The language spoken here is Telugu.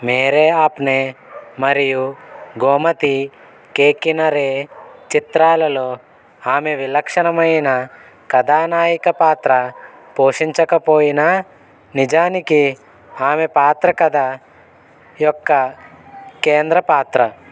మేరే ఆప్నే మరియు గోమతి కేకినరే చిత్రాలలో ఆమె విలక్షణమైన కథానాయిక పాత్ర పోషించకపోయినా నిజానికి ఆమె పాత్ర కథ యొక్క కేంద్ర పాత్ర